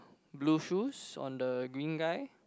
blue shoes on the green guy